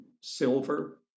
silver